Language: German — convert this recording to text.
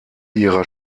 ihrer